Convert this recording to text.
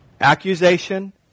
Accusation